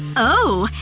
oh.